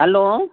hello